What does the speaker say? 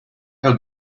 how